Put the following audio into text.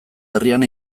herrian